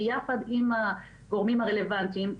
ביחד עם הגורמים הרלוונטיים,